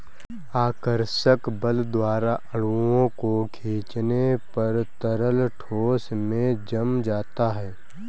आकर्षक बल द्वारा अणुओं को खीचने पर तरल ठोस में जम जाता है